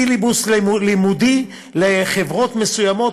סילבוס לימודי לחברות מסוימות,